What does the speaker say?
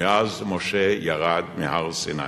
מאז משה ירד מהר-סיני.